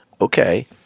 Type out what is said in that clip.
okay